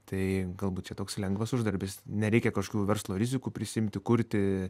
tai galbūt čia toks lengvas uždarbis nereikia kažkokių verslo rizikų prisiimti kurti